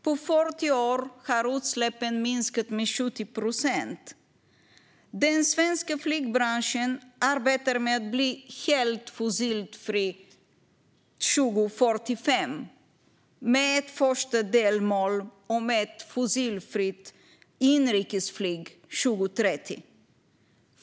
På 40 år har utsläppen minskat med 70 procent. Den svenska flygbranschen arbetar med att bli helt fossilfri 2045 med ett första delmål om ett fossilfritt inrikesflyg 2030.